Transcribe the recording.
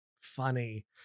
funny